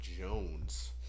Jones